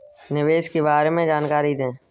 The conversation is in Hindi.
निवेश के बारे में जानकारी दें?